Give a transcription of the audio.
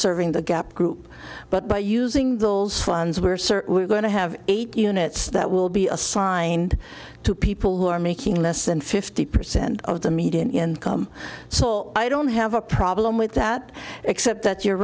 serving the gap group but by using those funds we're certain we're going to have eight units that will be assigned to people who are making less than fifty percent of the median income so i don't have a problem with that except that you're